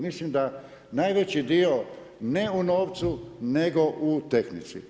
Mislim da najveći dio ne u novcu nego u tehnici.